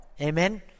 Amen